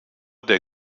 der